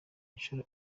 incuro